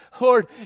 Lord